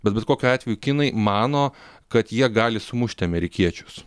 bet bet kokiu atveju kinai mano kad jie gali sumušti amerikiečius